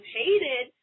hated